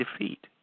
defeat